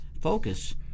focus